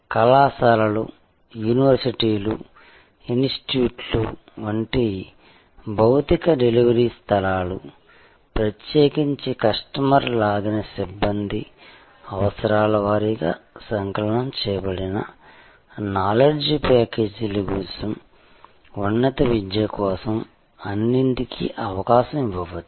కళాశాలలు యూనివర్సిటీలు ఇనిస్టిట్యూట్లు వంటి భౌతిక డెలివరీ స్థలాలు ప్రత్యేకించి కస్టమర్ లాగిన సిబ్బంది అవసరాల వారీగా సంకలనం చేయబడిన నాలెడ్జ్ ప్యాకేజీల కోసం ఉన్నత విద్య కోసం అన్నింటికీ అవకాశం ఇవ్వవచ్చు